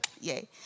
yay